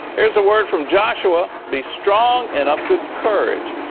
here is a word from joshua be strong and of good courage,